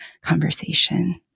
conversation